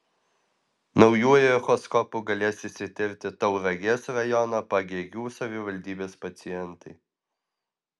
naujuoju echoskopu galės išsitirti tauragės rajono pagėgių savivaldybės pacientai